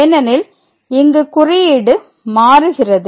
ஏனெனில் இங்கு குறியீடு மாறுகிறது